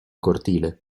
cortile